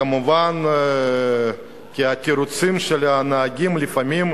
כמובן, התירוצים של הנהגים, לפעמים,